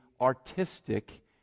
artistic